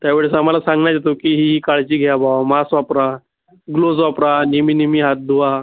त्यावेळेस आम्हाला सांगण्यात येतं की ही ही काळजी घ्या बुवा मास्क वापरा ग्लोज वापरा नेहमी नेहमी हात धुवा